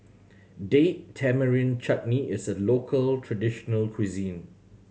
Date Tamarind Chutney is a local traditional cuisine